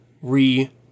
re